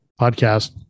podcast